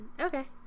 Okay